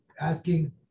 asking